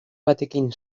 batekin